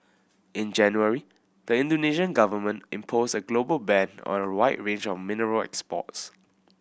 in January the Indonesian Government imposed a global ban on a wide range of mineral exports